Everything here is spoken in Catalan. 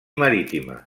marítima